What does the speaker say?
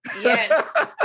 Yes